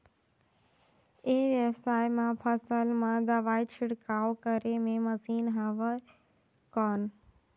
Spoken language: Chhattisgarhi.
ई व्यवसाय म फसल मा दवाई छिड़काव करे के मशीन हवय कौन?